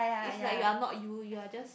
is like you are not you you're just